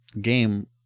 game